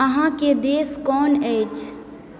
अहाँके देश कोन अछि